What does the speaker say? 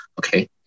okay